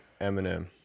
Eminem